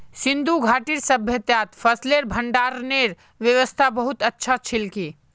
सिंधु घाटीर सभय्तात फसलेर भंडारनेर व्यवस्था बहुत अच्छा छिल की